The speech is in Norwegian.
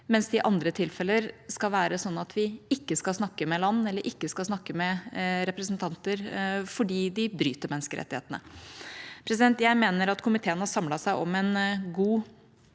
mens det i andre tilfeller skal være sånn at vi ikke skal snakke med land eller ikke skal snakke med representanter fordi de bryter menneskerettighetene. Jeg mener at komiteen har samlet seg om en god